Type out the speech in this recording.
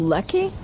Lucky